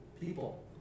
people